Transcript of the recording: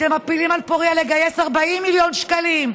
אתם מפילים על פוריה לגייס 40 מיליון שקלים,